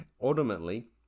ultimately